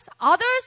Others